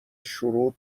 شروط